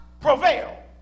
prevail